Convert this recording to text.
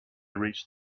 reached